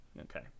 Okay